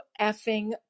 effing